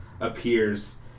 Appears